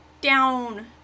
down